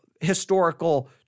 historical